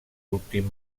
últim